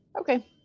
Okay